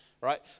right